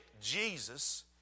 Jesus